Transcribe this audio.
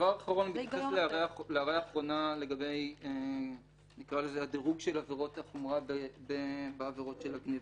ודבר אחרון מתייחס לגבי הדירוג של עבירות החומרה בעבירות של הגניבה.